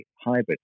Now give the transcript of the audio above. hybrid